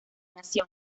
nación